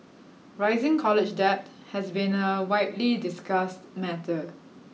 rising college debt has been a widely discussed matter